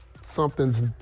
something's